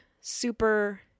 super